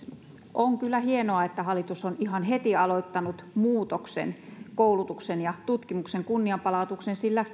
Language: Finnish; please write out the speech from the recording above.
on kyllä hienoa että hallitus on ihan heti aloittanut muutoksen koulutuksen ja tutkimuksen kunnianpalautuksen sillä